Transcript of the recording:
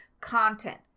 content